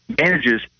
manages